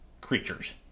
creatures